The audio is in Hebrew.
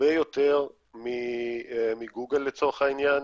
הרבה יותר מגוגל, לצורך העניין.